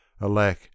Alack